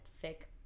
thick